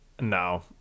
no